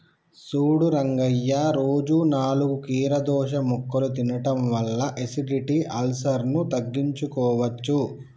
సూడు రంగయ్య రోజు నాలుగు కీరదోస ముక్కలు తినడం వల్ల ఎసిడిటి, అల్సర్ను తగ్గించుకోవచ్చు